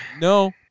No